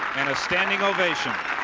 in a standing ovation.